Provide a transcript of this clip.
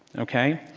ok.